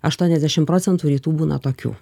aštuoniasdešim procentų rytų būna tokių